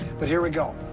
but here we go.